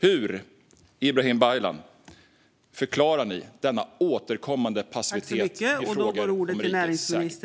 Hur, Ibrahim Baylan, förklarar ni denna återkommande passivitet i frågor om rikets säkerhet?